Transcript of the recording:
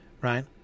right